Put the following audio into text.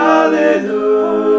Hallelujah